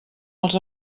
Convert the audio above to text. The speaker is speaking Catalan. els